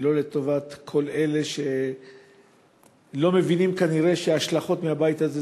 היא לא לטובת כל אלה שלא מבינים כנראה שההשלכות של הבית הזה